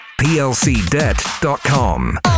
plcdebt.com